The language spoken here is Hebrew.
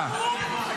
שיהיה ברור,